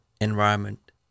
environment